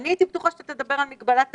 אני הייתי בטוחה שתדבר על מגבלת תקציב.